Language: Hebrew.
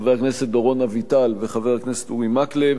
חבר הכנסת דורון אביטל וחבר הכנסת אורי מקלב,